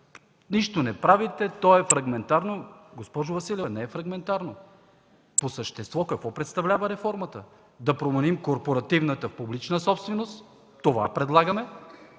„нищо не правите, то е фрагментарно”... Госпожо Василева, не е фрагментарно. По същество какво представлява реформата? Да променим корпоративната публична собственост. Това предлагаме,